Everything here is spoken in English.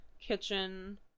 Kitchen